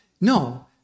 No